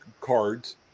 cards